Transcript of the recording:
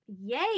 yay